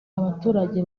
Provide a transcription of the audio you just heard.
abaturage